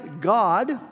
God